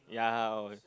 yeah